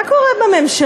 מה קורה בממשלה?